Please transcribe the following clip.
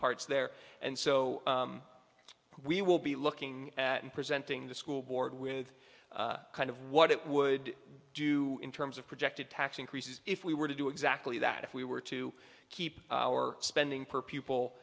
parts there and so we will be looking at and presenting the school board with kind of what it would do in terms of projected tax increases if we were to do exactly that if we were to keep our spending per p